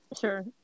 Sure